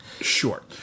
Sure